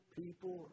people